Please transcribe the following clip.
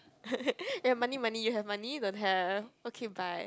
ya money money you have money don't have okay bye